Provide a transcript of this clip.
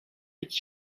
być